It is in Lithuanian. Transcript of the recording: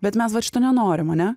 bet mes dar šito nenorime mane